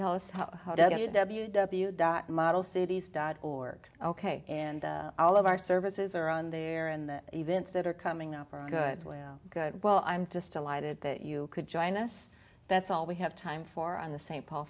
tell us how how did the model cities dot org ok and all of our services are on there and the events that are coming up are good as well good well i'm just delighted that you could join us that's all we have time for on the saint paul